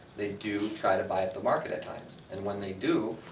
they do try to buy up the market at times, and when they do,